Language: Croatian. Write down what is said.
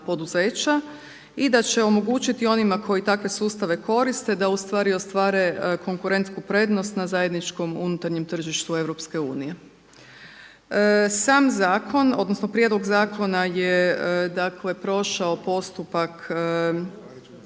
i da će omogućiti onima koji takve sustave koriste da u stvari ostvare konkurentsku prednost na zajedničkom unutarnjem tržištu EU. Sam zakon, odnosno prijedlog zakona je dakle prošao postupak